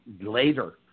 later